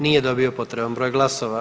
Nije dobio potreban broj glasova.